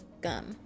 gum